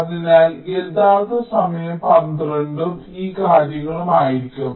അതിനാൽ യഥാർത്ഥ സമയം 12 ഉം ഈ കാര്യങ്ങളും ആയിരിക്കും